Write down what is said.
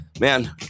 Man